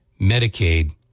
Medicaid